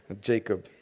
Jacob